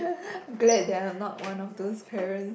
glad that I am not one of those parents